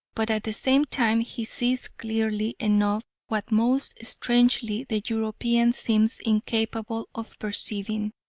but at the same time he sees clearly enough, what most strangely the european seems incapable of perceiving,